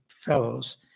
fellows